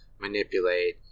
manipulate